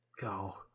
go